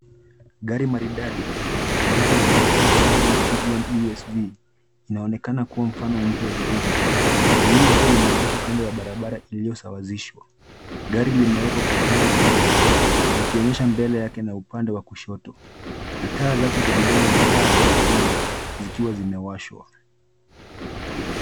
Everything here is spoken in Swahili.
Gari maridadi jeupe la Volkswagen Tuguan SUV, inaonekana kua mfano mpya zaidi. Lililokua limeegeshwa kando ya barabara iliyosawazishwa. Gari limewekwa kwa pembe kidogo, likionyesha mbele yake na upande wa kushoto, na taa zake za mbele na taa za ukungu, zikiwa zimewashwa.